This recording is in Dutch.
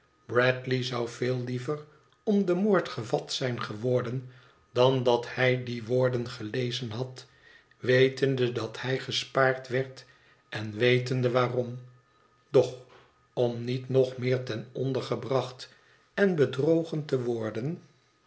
bradley zou veel liever om den moord gevat zijn geworden dan dat hij die woorden gelezen had wetende dat hij gespaard werd en wetende waarom doch om niet nog meer ten onder gebracht en bedrogen te worden